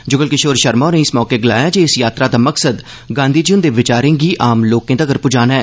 जुगल किशोर शर्मा होरें इस मौके गलाया जे इस यात्रा दा मकसद गांधी जी हुंदे विचारें गी आम लोकें तगर पुजाना ऐ